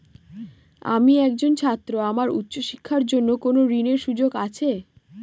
আমি একজন ছাত্র আমার উচ্চ শিক্ষার জন্য কোন ঋণের সুযোগ আছে?